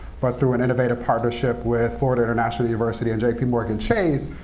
but through an innovative partnership with florida international university and jp morgan chase,